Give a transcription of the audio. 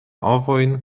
ovojn